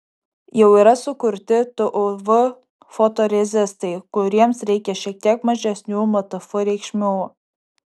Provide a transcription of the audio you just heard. jau yra sukurti tuv fotorezistai kuriems reikia šiek tiek mažesnių mtf reikšmių